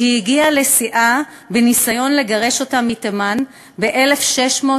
שהגיעה לשיאה בניסיון לגרש אותם מתימן ב-1679,